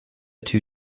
two